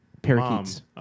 Parakeets